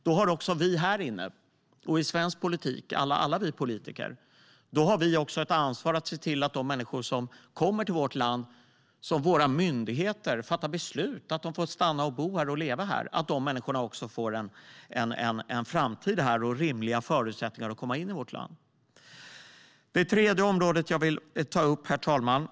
Då har också vi här inne och alla vi politiker i svensk politik ett ansvar att se till att de människor som kommer till vårt land, och som våra myndigheter fattar beslut om att de får stanna, bo och leva här, får en framtid här och rimliga förutsättningar att komma in i vårt land. Herr talman! Jag vill ta upp ett tredje område.